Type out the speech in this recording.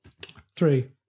Three